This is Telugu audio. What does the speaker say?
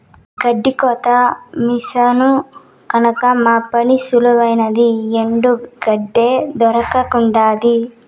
గెడ్డి కోత మిసను కొన్నాక మా పని సులువైనాది ఎండు గెడ్డే దొరకతండాది